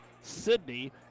Sydney